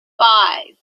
five